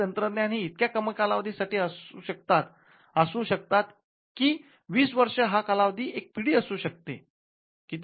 काही तंत्रज्ञान हे इतक्या कमी कालावधी साठी आसू शकतात की २० वर्ष हा कालावधी एक पिढी असू शकते